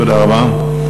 תודה רבה.